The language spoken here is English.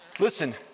Listen